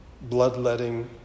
bloodletting